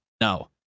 no